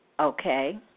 Okay